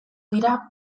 dira